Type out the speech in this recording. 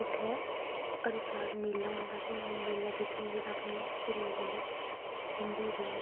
इत्थैं हर साल मेला होंदा ते में मेला दिक्खनें गी अपनी स्हेलियैं कन्नैं जंदी रैह्नी